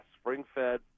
spring-fed